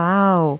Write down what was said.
Wow